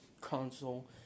console